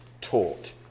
taught